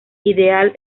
ideal